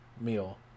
meal